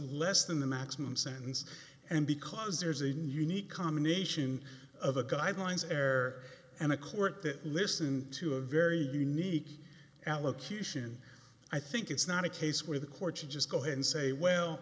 less than the maximum sentence and because there's a new unique combination of a guidelines air and a court that listen to a very unique allocution i think it's not a case where the court should just go ahead and say well